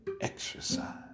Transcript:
exercise